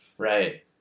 Right